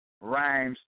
Rhymes